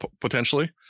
potentially